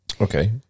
Okay